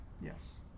Yes